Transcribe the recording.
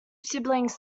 siblings